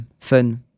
fun